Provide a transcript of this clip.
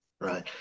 right